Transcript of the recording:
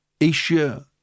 Asia